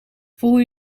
voel